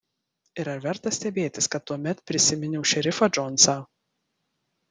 ir ar verta stebėtis kad tuomet prisiminiau šerifą džonsą